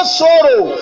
sorrow